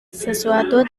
sesuatu